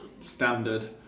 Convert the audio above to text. standard